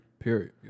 Period